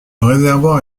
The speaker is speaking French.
réservoir